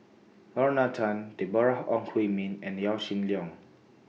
Lorna Tan Deborah Ong Hui Min and Yaw Shin Leong